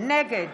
נגד